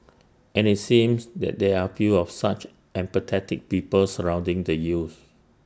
and IT seems that there are few of such empathetic people surrounding the youths